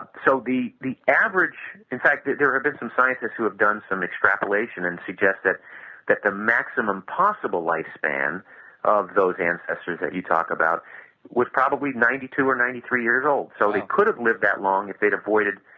so the the average in fact there have been some scientists who have done some extrapolation and suggests that that the maximum possible lifespan of those ancestors that you talk about was probably ninety two or ninety three years old. so they could have lived that long if they had avoided,